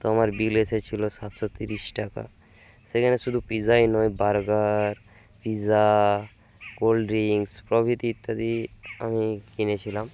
তো আমার বিল এসেছিলো সাতশো তিরিশ টাকা সেখানে শুধু পিৎজাই নয় বার্গার পিৎজা কোল্ড ড্রিঙ্কস প্রভৃতি ইত্যাদি আমি কিনেছিলাম